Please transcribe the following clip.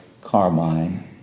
Carmine